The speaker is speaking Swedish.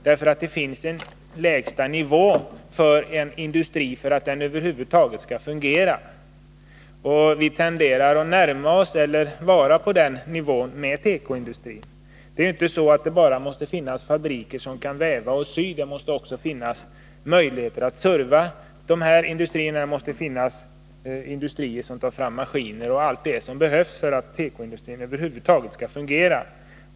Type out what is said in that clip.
Det finns nämligen en lägsta produktionsnivå, under vilken en industri över huvud taget inte kan fungera. Vi tenderar att närma oss eller redan vara på den nivån när det gäller tekoindustrin. Det är ju inte så att det bara måste finnas fabriker som kan väva och sy. Det måste också finnas möjligheter att serva de här industrierna. Det måste finnas industrier som tar fram maskiner och allt det som behövs för att tekoindustrin över huvud taget skall fungera.